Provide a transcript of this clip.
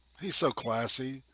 he's so classy